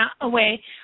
away